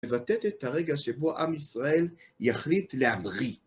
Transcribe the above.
מבטאת את הרגע שבו עם ישראל יחליט להמחיא.